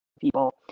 people